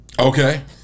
Okay